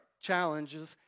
challenges